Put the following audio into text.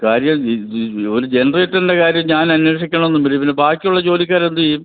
കാര്യം നി നി ഒരു ജനറേറ്ററിൻ്റെ കാര്യം ഞാനന്വേഷിക്കണം എന്നുണ്ടെങ്കിൽ ബാക്കിയുള്ള ജോലിക്കാർ എന്ത് ചെയ്യും